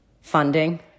Funding